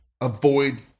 avoid